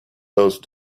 those